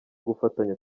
gufatanya